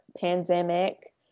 pandemic